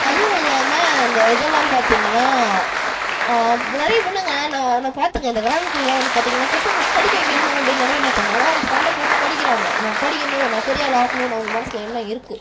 அதுவும் இல்லாமல் அந்த இதெல்லாம் பார்த்தீங்கன்னா நிறையா பொண்ணுங்க நான் நான் பாத்திருக்கேன் இந்த கிராமத்துலலாம் வந்து பார்த்தீங்னா பெருசாக படிக்க வைக்கணும் அப்டின்னு நினைக்க மாட்டாங்க ஆனால் அவங்க சண்டை போட்டு படிக்கிறாங்க நான் படிக்கணும் நான் பெரிய ஆள் ஆகணும்னு அவங்க மனசில் எண்ணம் இருக்கு